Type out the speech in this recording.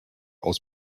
aus